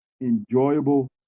enjoyable